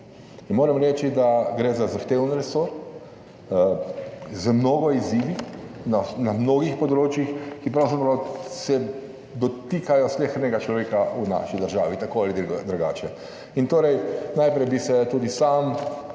in moram reči, da gre za zahteven resor z mnogo izzivi na mnogih področjih, ki pravzaprav se dotikajo slehernega človeka v naši državi, tako ali drugače in torej, najprej bi se tudi sam